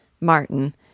Martin